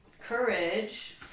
courage